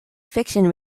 fiction